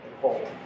hold